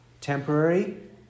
Temporary